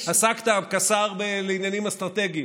עסקת כשר לעניינים אסטרטגיים.